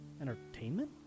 entertainment